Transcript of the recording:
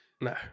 No